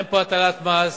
אין פה הטלת מס,